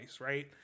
right